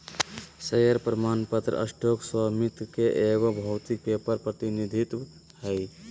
share प्रमाण पत्र stock स्वामित्व के एगो भौतिक पेपर प्रतिनिधित्व हइ